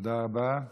תודה רבה.